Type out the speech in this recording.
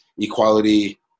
equality